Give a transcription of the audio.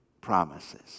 promises